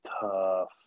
tough